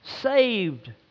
saved